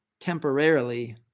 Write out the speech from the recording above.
temporarily